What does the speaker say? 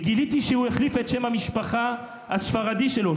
וגיליתי שהוא החליף את שם המשפחה הספרדי שלו,